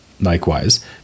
Likewise